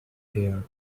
hair